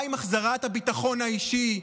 מה עם החזרת הביטחון האישי?